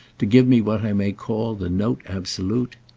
to give me what i may call the note absolute.